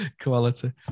Quality